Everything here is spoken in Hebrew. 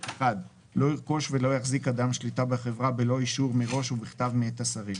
לא ירכוש ולא יחזיק אדם שליטה בחברה בלא אישור מראש ובכתב מאת השרים,